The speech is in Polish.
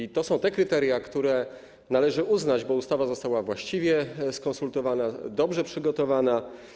I to są te kryteria, które należy uznać, bo ustawa została właściwie skonsultowana, dobrze przygotowana.